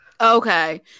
okay